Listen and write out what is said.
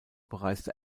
bereiste